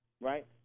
right